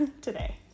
today